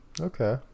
Okay